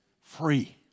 Free